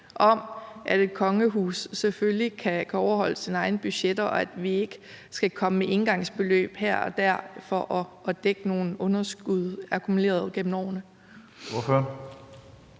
om, at et kongehus selvfølgelig kan overholde sine egne budgetter, og at vi ikke skal komme med engangsbeløb her og der for at dække nogle underskud akkumuleret gennem årene.